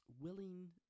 willing